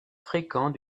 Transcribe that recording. fréquent